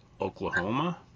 oklahoma